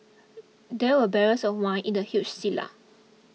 there were barrels of wine in the huge cellar